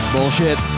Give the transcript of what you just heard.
Bullshit